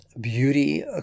Beauty